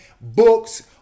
books